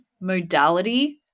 modality